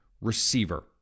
receiver